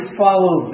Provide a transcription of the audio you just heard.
follow